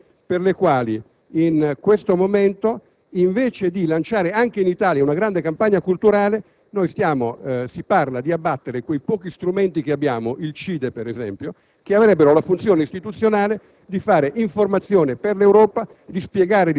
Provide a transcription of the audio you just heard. come non capisco le ragioni per le quali in questo momento, invece di lanciare anche in Italia una grande campagna culturale, si parla di abbattere quei pochi strumenti che abbiamo - il Cide, per esempio -, che avrebbero la funzione istituzionale